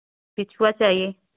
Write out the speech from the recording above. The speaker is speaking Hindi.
बिछुआ चाहिए